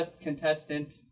contestant